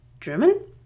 German